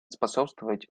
способствовать